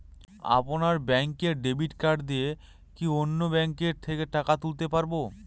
আপনার ব্যাংকের debit card দিয়ে কি অন্য ব্যাংকের থেকে টাকা তুলতে পারবো?